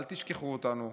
אל תשכחו אותנו.